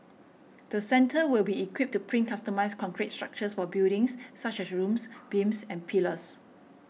the centre will be equipped to print customised concrete structures for buildings such as rooms beams and pillars